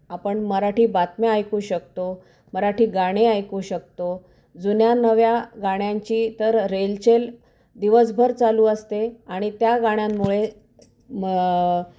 आपण मराठी बातम्या ऐकू शकतो मराठी गाणी ऐकू शकतो जुन्या नव्या गाण्यांची तर रेलचेल दिवसभर चालू असते आणि त्या गाण्यांमुळे मं